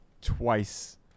twice